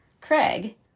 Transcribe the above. Craig